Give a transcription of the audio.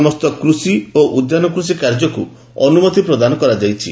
ସମସ୍ତ କୂଷି ଓ ଉଦ୍ୟାନ କୂଷି କାର୍ଯ୍ୟକୁ ଅନୁମତି ପ୍ରଦାନ କରାଯାଇଛି